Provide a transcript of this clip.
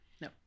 No